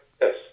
yes